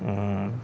ହୁଁ